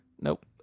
Nope